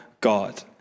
God